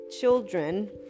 children